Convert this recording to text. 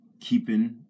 Keeping